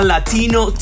Latino